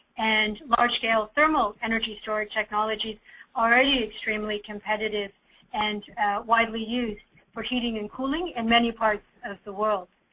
and large scale thermal energy storage technologies already extremely competitive and widely used for heating and cooling in many parts of the world.